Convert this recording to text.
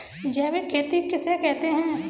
जैविक खेती किसे कहते हैं?